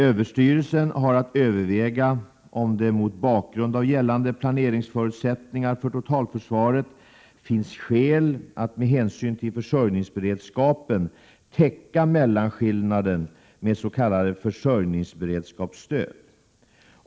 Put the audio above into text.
Överstyrelsen har att överväga om det mot bakgrund av gällande planeringsförutsättningar för totalförsvaret finns skäl att med hänsyn till försörjningsberedskapen täcka mellanskillnaden med s.k. försörjningsberedskapsstöd.